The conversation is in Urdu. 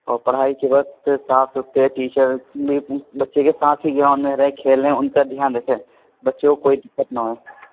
اور پڑھائی کے وقت پھر صاف ستھرے ٹیچر بچے کے ساتھ ہی گراؤنڈ میں رہ کے کھیل رہے ہیں ان کا دھیان رکھے بچے کو کوئی دقت نہ ہوئے